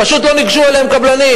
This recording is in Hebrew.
פשוט לא ניגשו אליהם קבלנים,